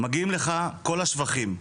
מגיעים לך כל השבחים.